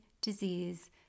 disease